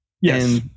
Yes